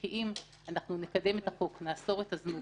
כי אם אנחנו נקדם את החוק, נאסור את הזנות,